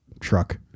truck